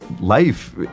life